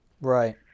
right